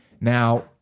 Now